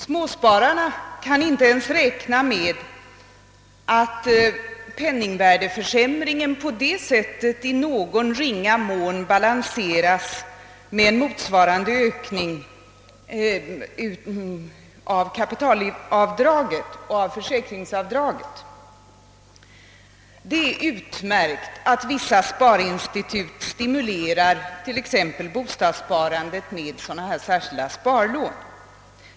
Småspararna kan inte räkna med att penningvärdeförsämringen på det sättet ens i ringa mån balanseras av motsvarande ökning av kapitalavdrag och försäkringsavdrag. Det är utmärkt att vissa sparinstitut stimulerar t.ex. bostadssparandet genom särskilda sparlån.